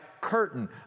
curtain